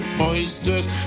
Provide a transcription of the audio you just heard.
oysters